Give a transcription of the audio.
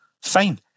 fine